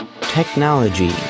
Technology